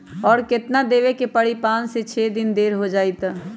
और केतना देब के परी पाँच से छे दिन देर हो जाई त?